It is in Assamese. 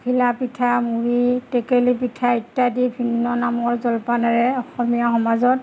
ঘিলাপিঠা মুড়ি টেকেলি পিঠা ইত্যাদি ভিন্ন নামৰ জলপানেৰে অসমীয়া সমাজত